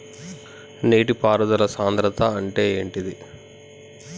నీటి పారుదల సంద్రతా అంటే ఏంటిది?